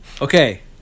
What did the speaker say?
Okay